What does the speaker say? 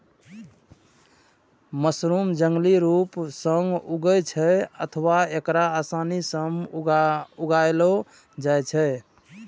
mushroom जंगली रूप सं उगै छै अथवा एकरा आसानी सं उगाएलो जाइ छै